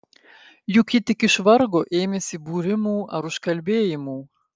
juk ji tik iš vargo ėmėsi būrimų ar užkalbėjimų